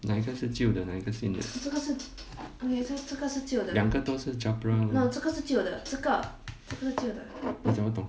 哪一个旧的哪一个新的两个都是 chocolate brown 你怎么懂